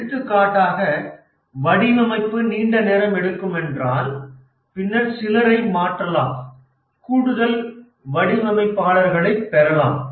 எடுத்துக்காட்டாக வடிவமைப்பு நீண்ட நேரம் எடுக்கும் என்றால் பின்னர் சிலரை மாற்றலாம் கூடுதல் வடிவமைப்பாளர்களைப் பெறலாம்